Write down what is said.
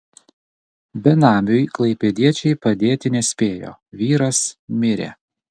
benamiui klaipėdiečiai padėti nespėjo vyras mirė